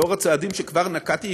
לאור הצעדים שכבר נקטתי,